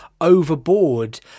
Overboard